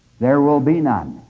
there will be none!